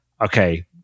okay